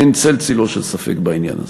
אין צל צלו של ספק בעניין הזה.